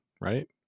right